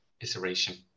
iteration